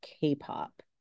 k-pop